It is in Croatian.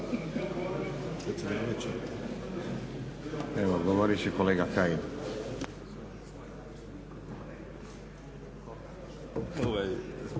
Evo govoriti će kolega Kajin.